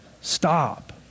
Stop